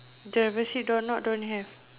driver seat door knob don't have